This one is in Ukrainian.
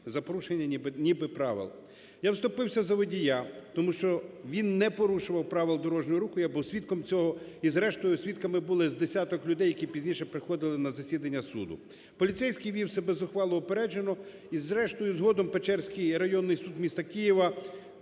за порушення ніби правил. Я вступився за водія, тому що він не порушував Правил дорожнього руху, я був свідком цього, і зрештою свідками були з десяток людей, які пізніше приходили на засідання суду. Поліцейський вів себе зухвало й упереджено. І зрештою згодом Печерський районний суд міста Києва